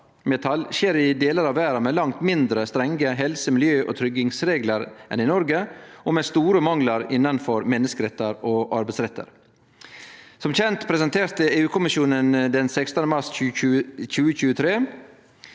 skjer i delar av verda med langt mindre strenge helse-, miljøog tryggingsreglar enn i Noreg, og med store manglar innanfor menneskerettar og arbeidsrettar. Som kjent presenterte EU-kommisjonen den 16. mars 2023